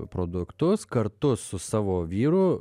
produktus kartu su savo vyru